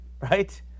right